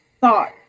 thought